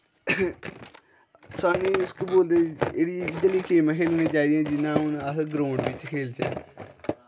सानूं केह् बोलदे एह्ड़ी इ'यै लेइयां गेमां खेलनी चाहिदियां जि'यां हून अस ग्राउंड बिच्च खेलचै